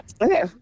Okay